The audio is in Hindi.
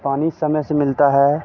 पानी समय से मिलता है